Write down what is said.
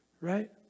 Right